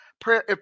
Prayer